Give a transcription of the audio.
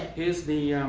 here's the